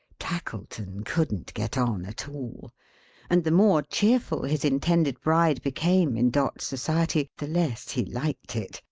tackleton couldn't get on at all and the more cheerful his intended bride became in dot's society, the less he liked it,